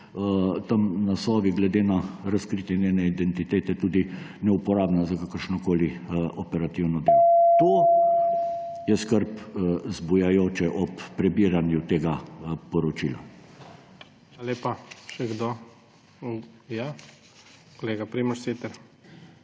na Sovi glede na razkritje njene identitete tudi neuporabna za kakršnokoli operativno delo. To je skrb vzbujajoče ob prebiranj tega poročila.